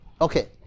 Okay